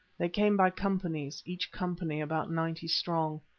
they came by companies, each company about ninety strong.